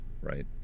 right